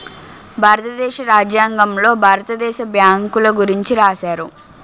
భారతదేశ రాజ్యాంగంలో భారత దేశ బ్యాంకుల గురించి రాశారు